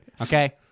okay